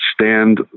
stand